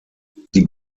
die